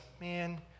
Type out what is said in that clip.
man